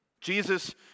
Jesus